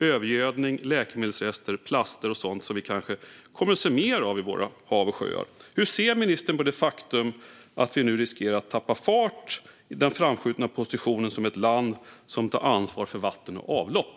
Övergödning, läkemedelsrester och plaster är sådant som vi kanske kommer att se mer av i våra hav och sjöar. Hur ser ministern på det faktum att vi nu riskerar att tappa fart och den framskjutna positionen som ett land som tar ansvar för vatten och avlopp?